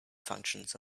functions